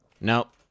nope